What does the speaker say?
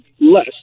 less